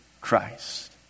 Christ